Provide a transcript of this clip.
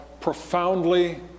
profoundly